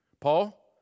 Paul